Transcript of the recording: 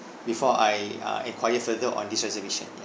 before I uh enquire further on this reservation ya